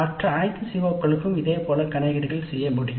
மற்ற அனைத்து CO களுக்கும் இதே போன்ற கணக்கீடுகள் செய்ய முடியும்